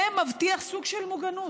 זה מבטיח סוג של מוגנות.